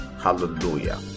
Hallelujah